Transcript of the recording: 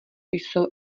jsou